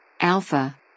Alpha